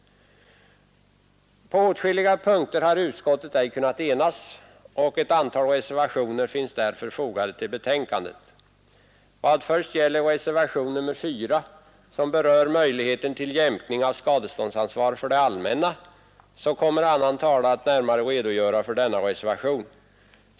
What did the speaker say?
På åtskilliga punkter har utskottet ej kunnat enas, och ett antal reservationer finns därför fogade till betänkandet. Vad först gäller reservationen 4, som berör möjligheten till jämkning av skadeståndsansvar för det allmänna, så kommer annan talare att närmare redogöra för denna reservation.